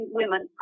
women